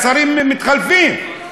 והשרים מתחלפים,